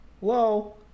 Hello